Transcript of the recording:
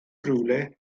rhywle